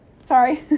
sorry